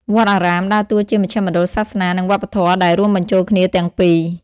វត្តអារាម ដើរតួជាមជ្ឈមណ្ឌលសាសនានិងវប្បធម៌ដែលរួមបញ្ចូលគ្នាទាំងពីរ។